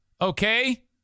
Okay